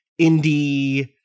indie